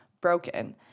broken